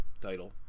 title